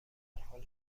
حال